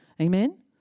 Amen